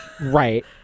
Right